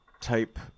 type